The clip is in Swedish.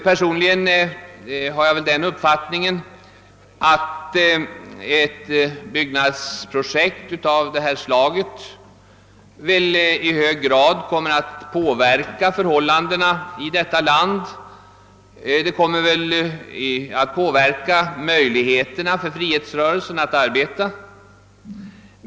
Personligen har jag den uppfattningen att ett byggnadsprojekt av detta slag i hög grad kommer att påverka förhållandena i landetifråga; det kommer t.ex. att påverka frihetsrörelsens möjligheter att arbeta.